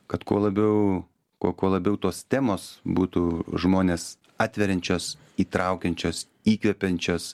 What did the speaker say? kad kuo labiau kuo kuo labiau tos temos būtų žmones atveriančios įtraukiančios įkvepiančios